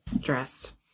dressed